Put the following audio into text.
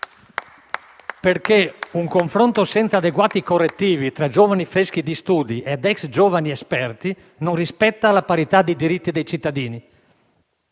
un confronto senza adeguati correttivi tra giovani freschi di studi ed ex giovani esperti non rispetta la parità di diritti dei cittadini.